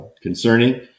concerning